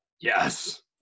Yes